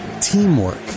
teamwork